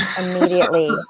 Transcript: immediately